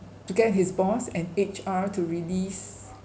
to get his boss and H_R to release